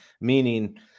meaning